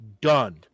done